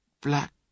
Black